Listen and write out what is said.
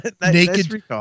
Naked